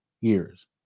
years